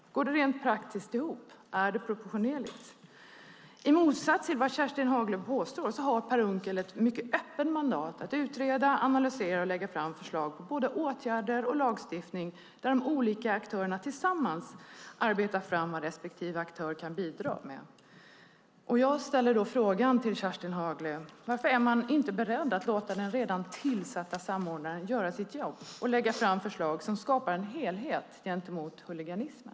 Går det rent praktiskt ihop? Är det proportionerligt? I motsats till vad Kerstin Haglö påstår har Per Unckel ett mycket öppet mandat att utreda, analysera och lägga fram förslag på både åtgärder och lagstiftning där de olika aktörerna tillsammans arbetar fram vad respektive aktör kan bidra med. Jag ställer frågan till Kerstin Haglö: Varför är man inte beredd att låta den redan tillsatta samordnaren göra sitt jobb och lägga fram förslag som skapar en helhet gentemot huliganismen?